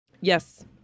yes